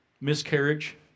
miscarriage